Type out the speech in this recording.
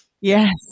Yes